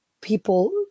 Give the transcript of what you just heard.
people